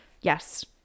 Yes